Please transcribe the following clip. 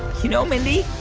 you know, mindy,